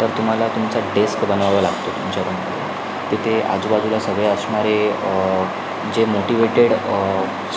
तर तुम्हाला तुमचा डेस्क बनवावा लागतो तुमच्या रूममध्ये तिथे आजूबाजूला सगळे असणारे जे मोटिवेटेड